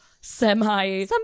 semi